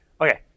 Okay